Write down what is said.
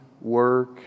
work